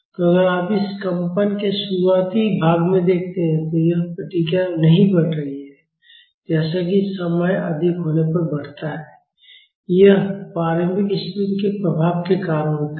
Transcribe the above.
तो अगर आप इस कंपन के शुरुआती भाग में देखते हैं तो यह प्रतिक्रिया नहीं बढ़ रही है जैसा कि समय अधिक होने पर बढ़ता है यह प्रारंभिक स्थितियों के प्रभाव के कारण होता है